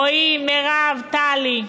רועי, מירב, טלי: